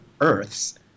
Earths